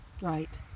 Right